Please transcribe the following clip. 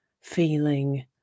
feeling